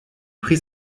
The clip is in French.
prit